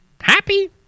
Happy